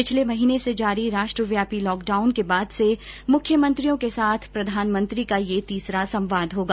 पिछले महीने से जारी राष्ट्रव्यापी लॉकडाउन के बाद से मुख्यमंत्रियों के साथ प्रधानमंत्री का यह तीसरा संवाद होगा